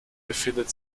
befindet